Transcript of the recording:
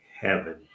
heaven